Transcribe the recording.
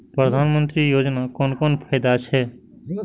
प्रधानमंत्री योजना कोन कोन फायदा छै?